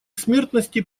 смертности